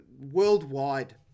worldwide